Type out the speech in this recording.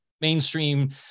mainstream